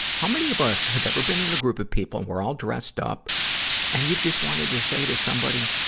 how many of us have ever been in a group of people, we're all dressed up and you just want to just say to somebody,